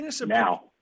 Now –